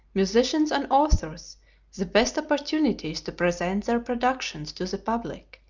musicians, and authors the best opportunities to present their productions to the public,